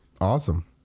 Awesome